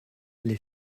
les